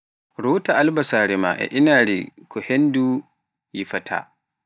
resu albasare maa e inaare ko henndu nyifaata.